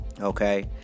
okay